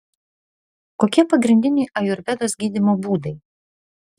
kokie pagrindiniai ajurvedos gydymo būdai